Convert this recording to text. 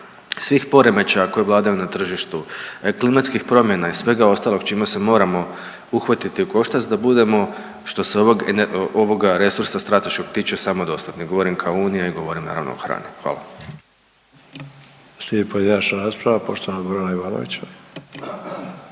svih poremećaja koje vladaju na tržištu, klimatskih promjena i svega ostalog s čime se moramo uhvatiti u koštac da budemo što se ovoga resursa strateškoga tiče samodostatni, govorim kao unija i govorim naravno o hrani, hvala. **Sanader, Ante (HDZ)** Slijedi pojedinačna rasprava poštovanog Gorana Ivanovića.